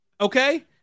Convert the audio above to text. Okay